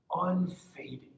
unfading